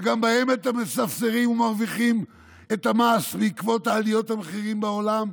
שגם בהם אתם מספסרים ומרוויחים את המס בעקבות עליית המחירים בעולם,